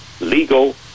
legal